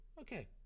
Okay